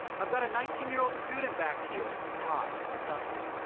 i've got a nineteen year old student back here. taut, supple,